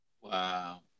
Wow